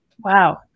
Wow